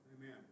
Amen